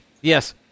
Yes